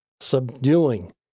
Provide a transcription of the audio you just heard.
subduing